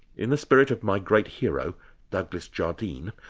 in the spirit of my great hero douglas jardine,